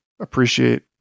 Appreciate